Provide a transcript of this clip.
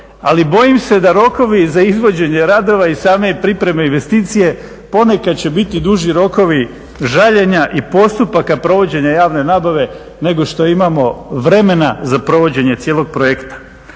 ali bojim se da rokovi za izvođenje radova i same pripreme investicije ponekad će biti duži rokovi žaljenja i postupaka provođenja javne nabave nego što imamo vremena za provođenje cijelog projekta.